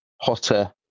hotter